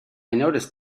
noticed